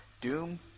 Doom